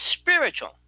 spiritual